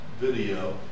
video